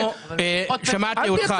שמעתי אותך.